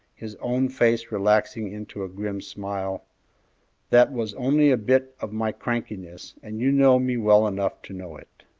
his own face relaxing into a grim smile that was only a bit of my crankiness, and you know me well enough to know it.